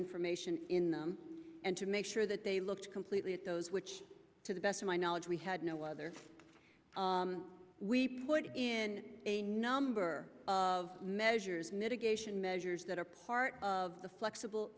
information and to make sure that they looked completely at those which to the best of my knowledge we had no other we put in a number of measures mitigation measures that are part of the flexible